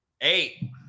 Eight